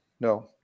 No